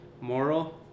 Moral